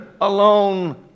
alone